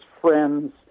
friends